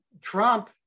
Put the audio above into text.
Trump